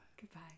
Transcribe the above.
Goodbye